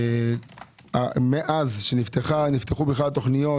מאז שנפתחו התוכניות,